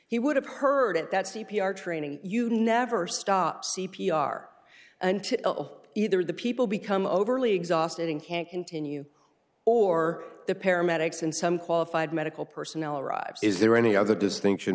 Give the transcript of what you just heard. he would have heard at that c p r training you never stop c p r until either the people become overly exhausted and can't continue or the paramedics and some qualified medical personnel arrived is there any other distinction